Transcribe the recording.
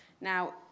Now